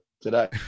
today